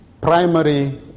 primary